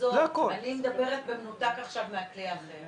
אני מדברת במנותק מהכלי הזה.